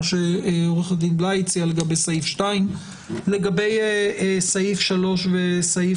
מה שעו"ד בליי הציע לגבי סעיף 2. לגבי סעיפים 3 ו-4,